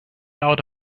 out